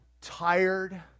tired